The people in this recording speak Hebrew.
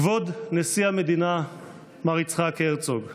כבוד נשיא המדינה מר יצחק הרצוג,